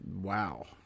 wow